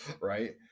right